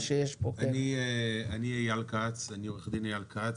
אני עורך דין אייל כץ,